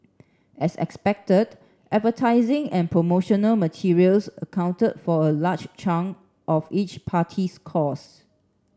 as expected advertising and promotional materials accounted for a large chunk of each party's costs